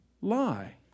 lie